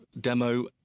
demo